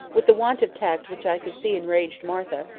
with a want of tact which i could see enraged martha,